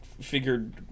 figured